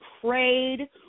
prayed